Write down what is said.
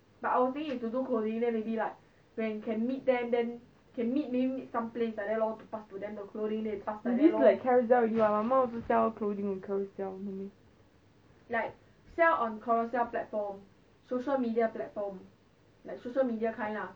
like carousell already what my mum also sell clothing on carousell